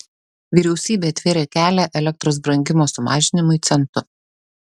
vyriausybė atvėrė kelią elektros brangimo sumažinimui centu